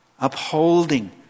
upholding